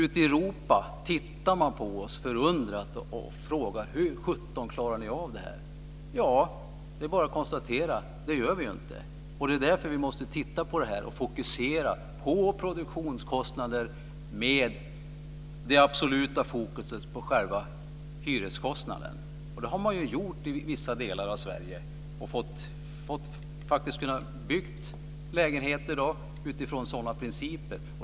Ute i Europa tittar man förundrat på oss och frågar: Hur sjutton klarar ni av det här? Det är bara att konstatera: Det gör vi inte. Det är därför vi måste titta på det här och fokusera på produktionskostnaderna, med absolut fokus på själva hyreskostnaden. Det har man gjort i vissa delar av Sverige och faktiskt kunnat bygga lägenheter efter sådana principer.